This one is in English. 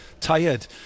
tired